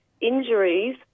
injuries